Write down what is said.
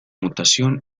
mutación